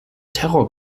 terror